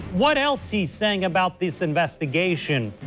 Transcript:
what else he is saying about this investigation.